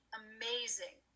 amazing